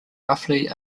roughly